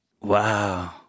Wow